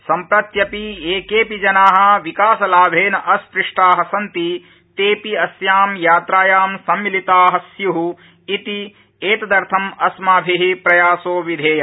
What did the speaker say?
सम्प्रत्यपि ये के पि जना विकासलाभेन अस्पृष्टा सन्ति ते ़ पि अस्याम् यात्रायां सम्मिलिता स्युः इति एतदर्थं अस्माभि प्रयासो विधेय